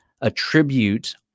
attribute